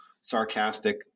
sarcastic